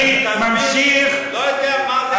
אני ממשיך, אני לא יודע מה זה בכלל.